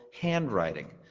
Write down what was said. handwriting